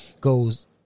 goes